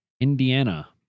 Indiana